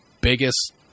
biggest